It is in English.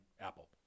Apple